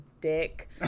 dick